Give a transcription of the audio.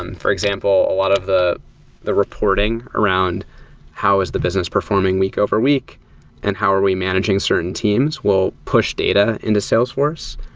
and for example, a lot of the the reporting around how is the business performing week over week and how are we managing certain teams. we'll push data into salesforce,